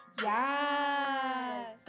Yes